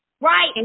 right